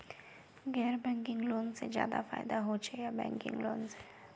गैर banking loan से ज्यादा फायदा होचे या बैंकिंग लोन से?